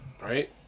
right